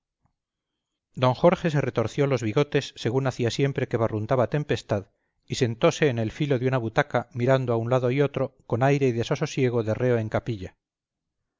don jorge se retorció los bigotes según hacía siempre que barruntaba tempestad y sentose en el filo de una butaca mirando a un lado y otro con aire y desasosiego de reo en capilla